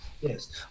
Yes